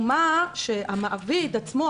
המעביד עצמו,